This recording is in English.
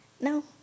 no